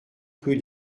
rue